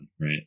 right